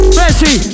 messy